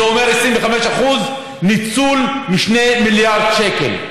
זה אומר ניצול של 25% מ-2 מיליארד שקל.